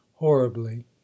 horribly